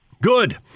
Good